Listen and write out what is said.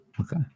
Okay